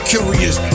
Curious